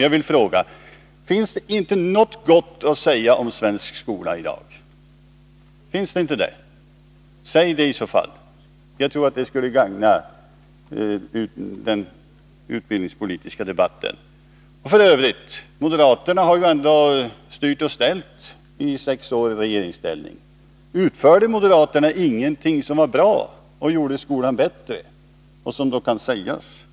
Jag vill fråga: Finns det inte något gott att säga om den svenska skolan i dag? Om det gör det, så säg det i så fall! Jag tror att det skulle gagna den utbildningspolitiska debatten. F. ö.: Moderaterna har ju ändå styrt och ställt under sina år i regeringsställning. Utförde ni då ingenting som var bra, som gjorde skolan bättre och som i så fall kan sägas